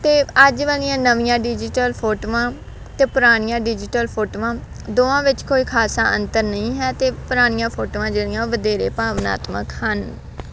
ਅਤੇ ਅੱਜ ਵਾਲੀਆਂ ਨਵੀਆਂ ਡਿਜੀਟਲ ਫੋਟੋਆਂ ਅਤੇ ਪੁਰਾਣੀਆਂ ਡਿਜੀਟਲ ਫੋਟੋਆਂ ਦੋਵਾਂ ਵਿੱਚ ਕੋਈ ਖਾਸਾ ਅੰਤਰ ਨਹੀਂ ਹੈ ਅਤੇ ਪੁਰਾਣੀਆਂ ਫੋਟੋਆਂ ਜਿਹੜੀਆਂ ਵਧੇਰੇ ਭਾਵਨਾਤਮਕ ਹਨ